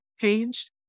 page